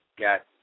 got